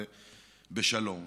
בשלום.